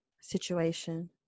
situation